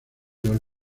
los